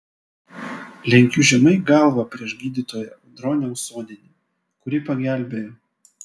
lenkiu žemai galvą prieš gydytoją audronę usonienę kuri pagelbėjo